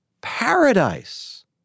paradise